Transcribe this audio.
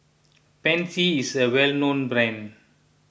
Pansy is a well known brand